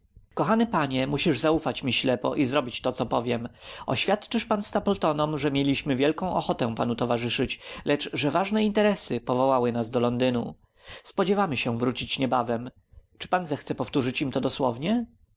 kochany panie musisz zaufać mi ślepo i zrobić to co powiem oświadczysz pan stapletonom że mieliśmy wielką ochotę panu towarzyszyć lecz że ważne interesy powołały nas do londynu spodziewamy się wrócić niebawem czy pan zechce powtórzyć im to dosłownie